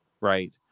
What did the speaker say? Right